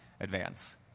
advance